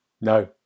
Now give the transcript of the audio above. No